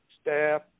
staff